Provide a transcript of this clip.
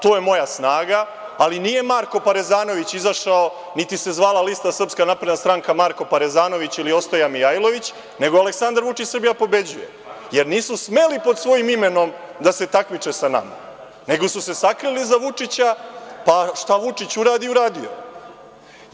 To je moja snaga, ali nije Marko Parezanović izašao, niti se zvala lista Srpska napredna stranka – Marko Parezanović ili Ostoja Mijajlović, nego „Aleksandar Vučić – Srbija pobeđuje“, jer nisu smeli pod svojim imenom da se takmiče sa nama, nego su se sakrili iza Vučića pa šta Vučić uradi, uradio je.